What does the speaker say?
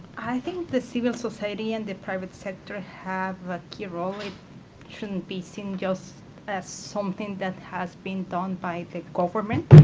i think the civil society and the private sector have a key role. it shouldn't be seen as something that has been done by the government.